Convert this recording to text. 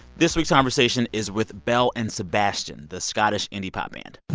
this week's conversation is with belle and sebastian, the scottish indie pop band